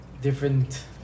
different